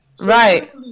Right